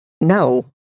no